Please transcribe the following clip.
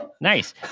Nice